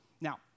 Now